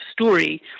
story